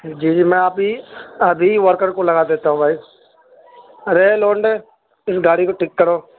جی جی میں ابھی ابھی ورکر کو لگا دیتا ہوں بھائی ارے اے لونڈے ان گاڑی کو ٹھیک کرو